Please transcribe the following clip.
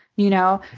you know?